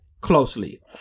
closely